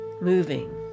moving